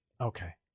Okay